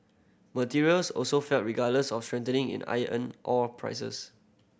materials also fell regardless of strengthening in iron ore prices